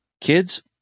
kids